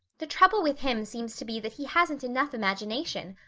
the trouble with him seems to be that he hasn't enough imagination.